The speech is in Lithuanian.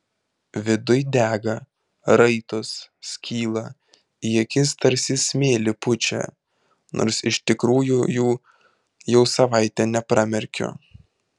viduj dega raitos skyla į akis tarsi smėlį pučia nors iš tikrųjų jų jau savaitė nepramerkiu